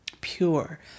pure